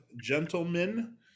gentlemen